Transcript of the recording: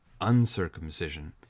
uncircumcision